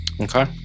Okay